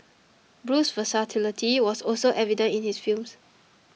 Bruce's versatility was also evident in his films